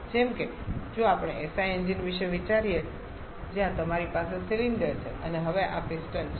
જેમ કે જો આપણે SI એન્જિન વિશે વિચારીએ જ્યાં તમારી પાસે સિલિન્ડર છે અને હવે આ પિસ્ટન છે